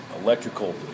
electrical